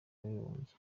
w’abibumbye